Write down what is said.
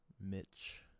Mitch